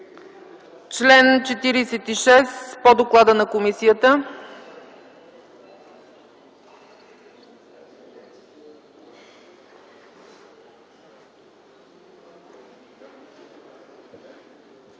чл. 46 по доклада на комисията.